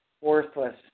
worthless